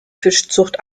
fischzucht